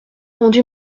rendu